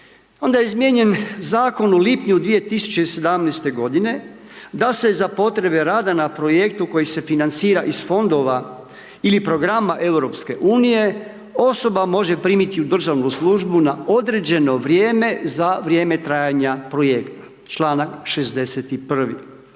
onda je izmijenjen Zakon u lipnju 2017.-te godine da se za potrebe rada na Projektu koji se financira iz Fondova ili Programa EU, osoba može primiti u državnu službu na određeno vrijeme za vrijeme trajanja Projekta, čl. 61. čime